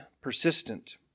persistent